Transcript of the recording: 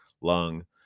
lung